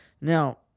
Now